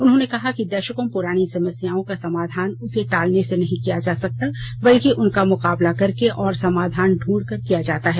उन्होंने कहा कि दशकों पुरानी समस्याओं का समाधान उसे टालने से नहीं किया जा सकता बल्कि उनका मुकाबला करके और समाधान ढूंढ कर किया जाता है